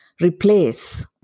replace